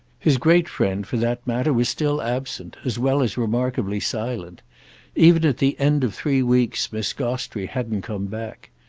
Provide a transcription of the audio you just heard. his great friend, for that matter, was still absent, as well as remarkably silent even at the end of three weeks miss gostrey hadn't come back.